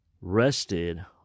rested